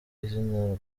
izina